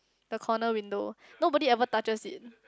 the corner window nobody ever touches it